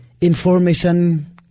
Information